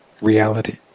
reality